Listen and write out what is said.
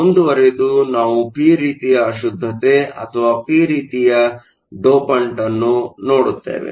ಮುಂದುವರಿದು ನಾವು ಪಿ ರೀತಿಯ ಅಶುದ್ಧತೆ ಅಥವಾ ಪಿ ರೀತಿಯ ಡೋಪಂಟ್ ಅನ್ನು ನೋಡುತ್ತೇವೆ